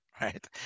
right